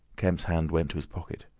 kemp's hand went to his pocket.